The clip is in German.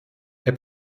herr